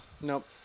Nope